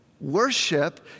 Worship